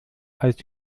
als